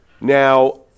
Now